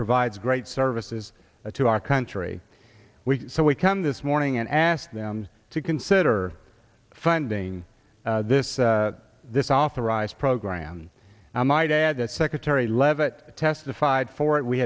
provides great services to our country we so we can this morning and ask them to consider funding this this authorized program i might add that secretary leavitt testified for it